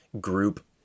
group